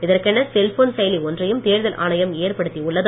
இதற்கென செல்போன் செயலி ஒன்றையும் தேர்தல் ஆணையம் ஏற்படுத்தி உள்ளது